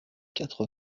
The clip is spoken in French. quatre